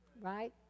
right